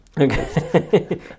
Okay